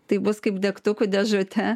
tai bus kaip degtukų dėžutė